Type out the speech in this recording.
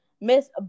Miss